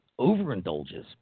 overindulges